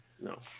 No